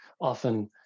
often